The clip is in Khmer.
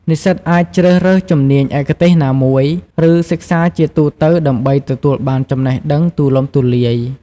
និស្សិតអាចជ្រើសរើសជំនាញឯកទេសណាមួយ ឬសិក្សាជាទូទៅដើម្បីទទួលបានចំណេះដឹងទូលំទូលាយ។